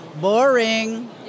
Boring